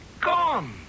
gone